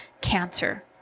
cancer